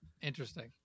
Interesting